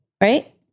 right